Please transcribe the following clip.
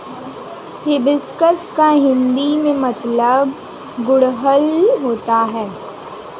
hibiscus का हिंदी में मतलब गुड़हल होता है